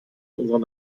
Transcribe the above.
unserer